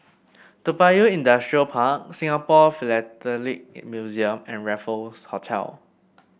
Toa Payoh Industrial Park Singapore Philatelic Museum and Raffles Hotel